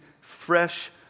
fresh